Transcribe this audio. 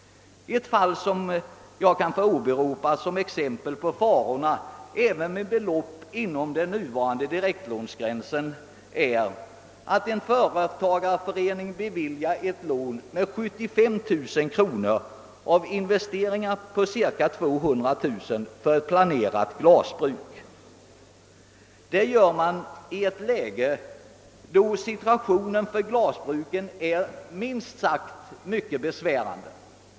Som exempel på farorna även när det gäller belopp inom den nuvarande direktlånegränsen vill jag åberopa det fallet, att en företagareförening beviljar ett lån med 75 000 kronor för investeringar på cirka 200000 kronor i ett planerat glasbruk. Det gör man vid en tidpunkt då situationen för glasbruken är minst sagt mycket besvärande.